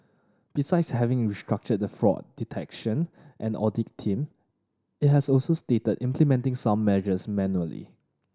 besides having restructured the fraud detection and audit team it has also stated implementing some measures manually